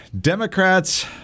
Democrats